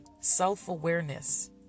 Self-awareness